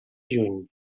juny